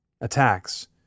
attacks